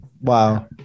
Wow